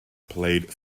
played